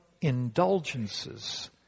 indulgences